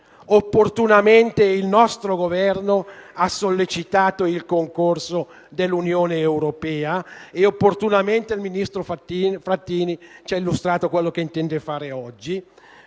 Opportunamente, il nostro Governo ha sollecitato il concorso dell'Unione europea, e opportunamente il ministro Frattini ci ha illustrato quello che intende fare oggi